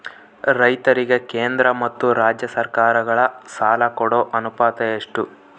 ರೈತರಿಗೆ ಕೇಂದ್ರ ಮತ್ತು ರಾಜ್ಯ ಸರಕಾರಗಳ ಸಾಲ ಕೊಡೋ ಅನುಪಾತ ಎಷ್ಟು?